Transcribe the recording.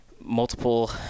multiple